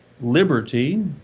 liberty